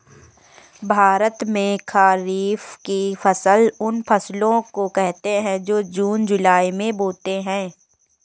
भारत में खरीफ की फसल उन फसलों को कहते है जो जून जुलाई में बोते है